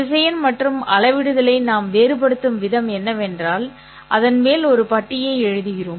திசையன் மற்றும் அளவிடுதலை நாம் வேறுபடுத்தும் விதம் என்னவென்றால் அதன் மேல் ஒரு பட்டியை எழுதுகிறோம்